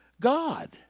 God